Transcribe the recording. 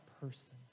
person